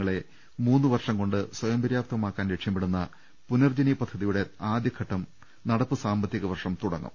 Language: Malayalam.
ങ്ങളെ മൂന്നുവർഷം കൊണ്ട് സ്ഥയം പുര്യാപ്തമാക്കാൻ ലക്ഷ്യമിടുന്ന പുനർജ്ജനി പദ്ധതിയുടെ ആദ്യഘട്ടം നട്പ്പുസാമ്പത്തിക വർഷം തുടങ്ങും